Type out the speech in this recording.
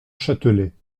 châtelet